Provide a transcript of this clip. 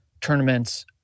tournaments